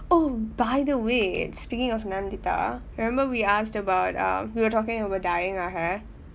oh by the way speaking of nandita you remember we asked about um we were talking about dyeing our hair